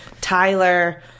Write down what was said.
Tyler